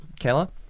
Kayla